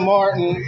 Martin